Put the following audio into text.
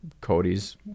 Cody's